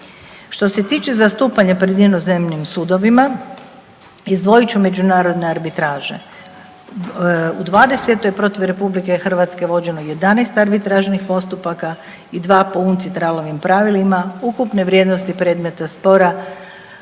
Što se tiče zastupanje pred inozemnim sudovima, izdvojit ću međunarodne arbitraže. U '20. protiv RH vođeno je 11 arbitražnih postupaka i 2 po UNCITRAL-ovim pravilima ukupne vrijednosti predmeta spora